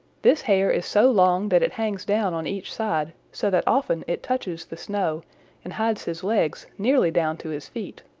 this hair is so long that it hangs down on each side so that often it touches the snow and hides his legs nearly down to his feet.